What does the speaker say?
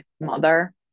mother